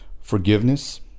forgiveness